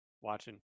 watching